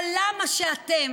אבל למה שאתם